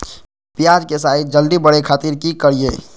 प्याज के साइज जल्दी बड़े खातिर की करियय?